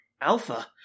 Alpha